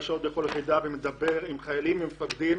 שעות בכל יחידה ומדבר עם חיילים ומפקדים